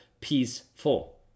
peaceful